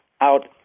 out